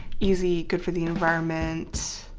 easy, good for the environment.